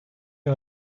you